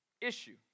issue